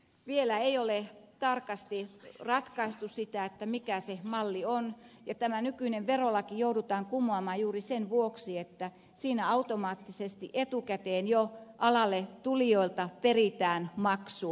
vielä ei ole tarkasti ratkaistu sitä mikä se malli on ja tämä nykyinen verolaki joudutaan kumoamaan juuri sen vuoksi että siinä automaattisesti etukäteen jo alalle tulijoilta peritään maksu